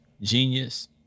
genius